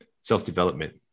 self-development